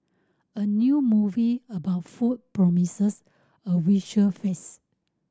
a new movie about food promises a visual feast